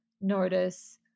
notice